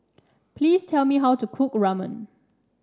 please tell me how to cook Ramen